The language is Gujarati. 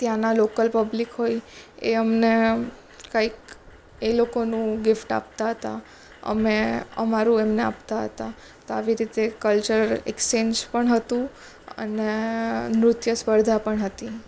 ત્યાંના લોકલ પબ્લિક હોય એ અમને કંઈક લોકોનું ગિફ્ટ આપતા હતા અમે અમારું એમને આપતા હતા તો આવી રીતે કલ્ચર એક્સ્ચેન્જ પણ હતું અને નૃત્ય સ્પર્ધા પણ હતી